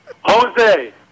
Jose